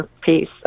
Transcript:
piece